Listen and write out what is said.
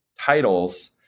titles